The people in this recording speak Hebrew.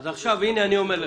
אז הנה אני אומר: